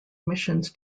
missions